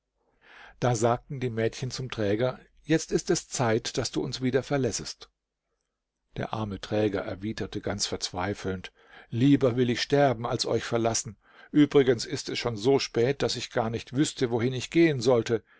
da sagten die mädchen zum träger jetzt ist es zeit daß du uns wieder verlässest der arme träger erwiderte ganz verzweifelnd lieber will ich sterben als euch verlassen übrigens ist es schon so spät daß ich gar nicht wüßte wohin ich gehen sollte